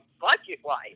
budget-wise